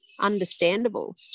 understandable